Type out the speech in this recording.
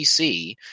PC